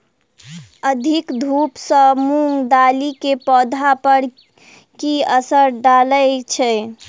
अधिक धूप सँ मूंग दालि केँ पौधा पर की असर डालय छै?